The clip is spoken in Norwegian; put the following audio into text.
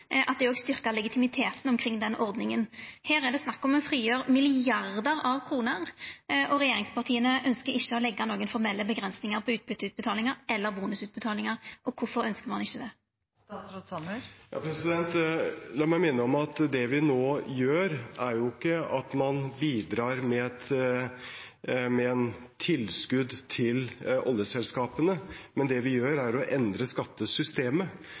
det styrkte også legitimiteten omkring den ordninga. Her er det snakk om å frigjera milliardar av kroner, og regjeringspartia ønskjer ikkje å leggja nokon formelle avgrensingar for utbytteutbetalingar eller bonusutbetalingar. Kvifor ønskjer ein ikkje det? La meg minne om at det vi nå gjør, er ikke å bidra med et tilskudd til oljeselskapene, men det vi gjør, er å endre skattesystemet,